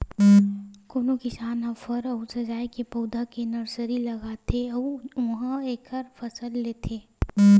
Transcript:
कोनो किसान ह फर अउ सजाए के पउधा के नरसरी लगाथे अउ उहां एखर फसल लेथे